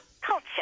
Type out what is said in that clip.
Culture